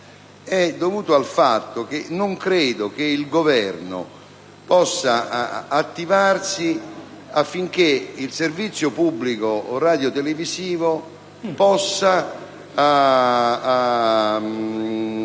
non credo che il Governo possa attivarsi affinché il servizio pubblico radiotelevisivo possa consentire